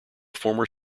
former